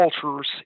cultures